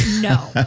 No